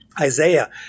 Isaiah